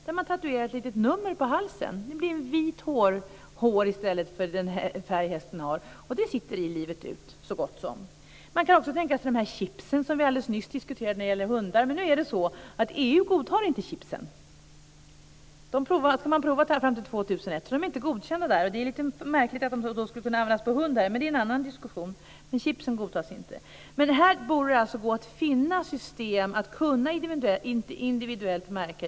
Där tatuerar man ett nummer på halsen. Det blir vitt hår där, och det sitter i så gott som livet ut. En annan möjlighet är de chips som vi nyss diskuterade när det gäller hundar, men EU godtar inte chipsen. De ska provas fram till 2001, så de är inte godkända. Det är märkligt att de då skulle kunna användas på hundar, men det är en annan diskussion. Chipsen godtas alltså inte. Det borde gå att finna system för att kunna märka djuren individuellt.